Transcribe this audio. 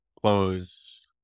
close